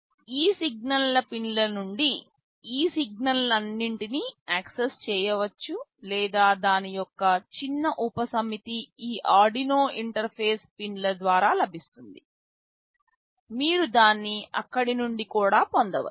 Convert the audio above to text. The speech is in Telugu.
ఈ సిగ్నల్ పిన్ల నుండి ఈ సిగ్నల్లన్నింటినీ యాక్సెస్ చేయవచ్చు లేదా దాని యొక్క చిన్న ఉపసమితి ఈ ఆర్డునో ఇంటర్ఫేస్ పిన్ల ద్వారా లభిస్తుంది మీరు దాన్ని అక్కడి నుండి కూడా పొందవచ్చు